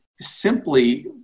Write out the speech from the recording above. simply